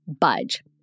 budge